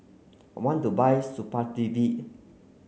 I want to buy Supravit